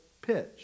pitch